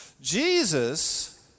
Jesus